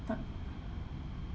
but